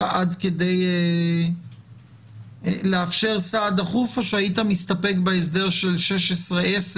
עד כדי וכולי לאפשר סעד דחוף או שהיית מסתפק בהסדר של 16 (א)(10)